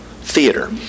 Theater